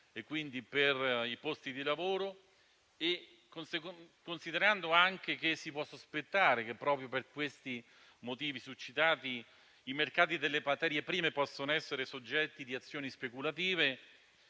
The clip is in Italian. e, quindi, per i posti di lavoro e considerando anche che si può sospettare che, proprio per i motivi succitati, i mercati delle materie prime possono essere oggetto di azioni speculative,